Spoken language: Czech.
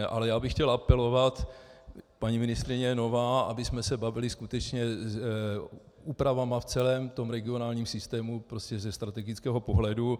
Ale já bych chtěl apelovat, paní ministryně je nová, abychom se bavili skutečně úpravami v celém tom regionálním systému prostě ze strategického pohledu.